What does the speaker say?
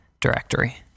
directory